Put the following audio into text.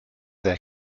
their